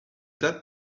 that